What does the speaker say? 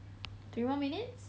three more minutes